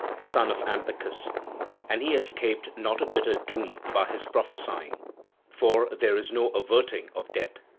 son of ampycus and he escaped not a bitter doom by his prophesying for there is no averting of death.